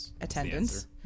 attendance